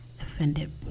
Offended